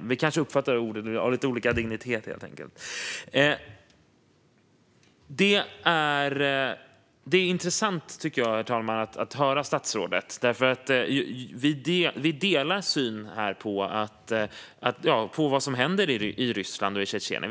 Vi kanske uppfattar att en del ord har lite olika dignitet. Det är intressant, herr talman, att höra statsrådet här. Vi delar syn på vad som händer i Ryssland och Tjetjenien.